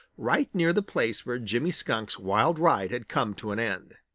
right near the place where jimmy skunk's wild ride had come to an end.